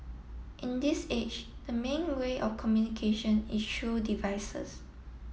in this age the main way of communication is through devices